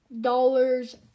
dollars